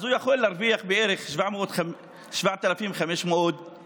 אז הוא יכול להרוויח בערך 7,500 שקל.